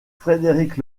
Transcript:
frédéric